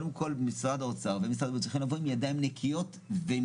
שמשרד האוצר ומשרד הבריאות צריכים לבוא עם ידיים נקיות ועם